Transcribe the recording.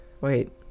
wait